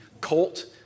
colt